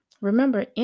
Remember